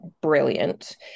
brilliant